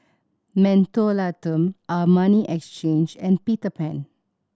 Mentholatum Armani Exchange and Peter Pan